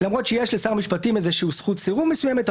למרות שיש לשר המשפטים איזה זכות סירוב מסוימת,